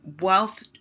wealth